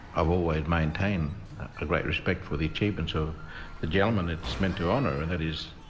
i've always maintained a great respect for the achievements of the gentleman it's meant to honour, and that is